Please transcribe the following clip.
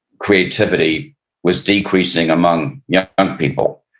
creativity was decreasing among young um people.